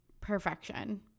perfection